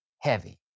heavy